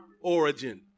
origin